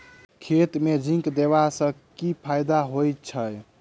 खेत मे जिंक देबा सँ केँ फायदा होइ छैय?